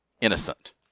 innocent